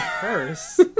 first